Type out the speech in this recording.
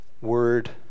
word